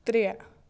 ترٛےٚ